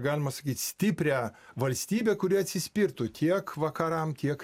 galima sakyt stiprią valstybę kuri atsispirtų tiek vakaram tiek